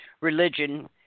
religion